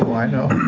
i know.